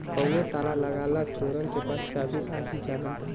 कउनो ताला लगा ला चोरन के पास चाभी आ ही जाला